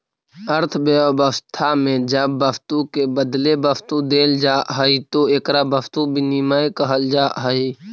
अर्थव्यवस्था में जब वस्तु के बदले वस्तु देल जाऽ हई तो एकरा वस्तु विनिमय कहल जा हई